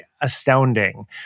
astounding